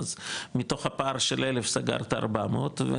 אז מתוך הפער של אלף סגרת 400 ונניח,